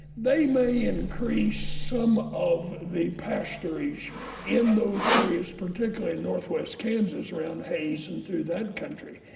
they may increase some of the pasturage in those areas, particularly northwest kansas, around hays and through that country.